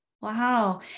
wow